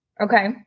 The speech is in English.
Okay